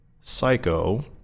Psycho